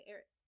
Eric